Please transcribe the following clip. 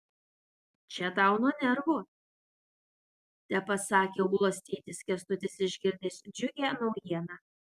čia tau nuo nervų tepasakė ulos tėtis kęstutis išgirdęs džiugią naujieną